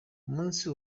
umunsi